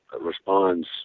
responds